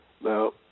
Now